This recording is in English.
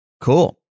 Cool